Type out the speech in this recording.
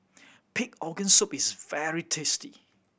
pig organ soup is very tasty